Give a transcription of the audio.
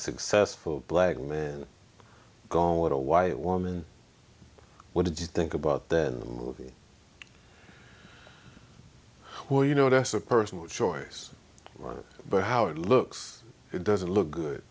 successful black man gone with a white woman what did you think about then moving well you know that's a personal choice but how it looks it doesn't look good